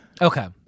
Okay